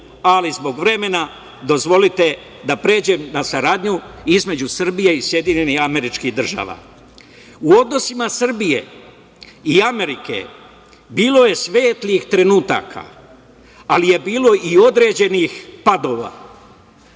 ali zbog vremena, dozvolite da pređem na saradnju između Srbije i SAD.U odnosima Srbije i Amerike bilo je svetlih trenutaka, ali je bilo i određenih padova.